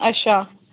अच्छा